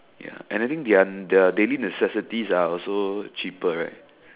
ya and I think their their daily necessities are also cheaper right